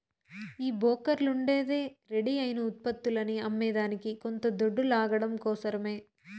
ఈ బోకర్లుండేదే రెడీ అయిన ఉత్పత్తులని అమ్మేదానికి కొంత దొడ్డు లాగడం కోసరమే